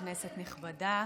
כנסת נכבדה,